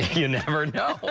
you never know.